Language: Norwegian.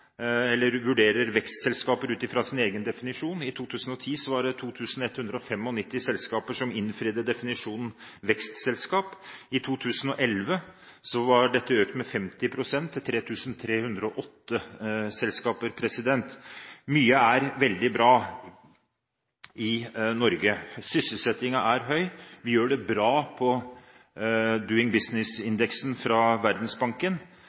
var det 2 195 selskaper som oppfylte definisjonen «vekstselskap». I 2011 var dette økt med 50 pst., til 3 308 selskaper. Mye er veldig bra i Norge. Sysselsettingen er høy. Vi gjør det bra på